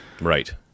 Right